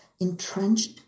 entrenched